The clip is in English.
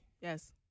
Yes